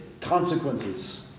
consequences